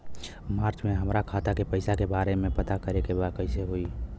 मार्च में हमरा खाता के पैसा के बारे में पता करे के बा कइसे होई?